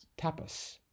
Tapas